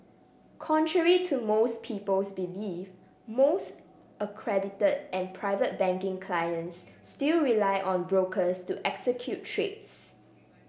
contrary to most people's belief most accredited and Private Banking clients still rely on brokers to execute trades